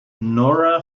nora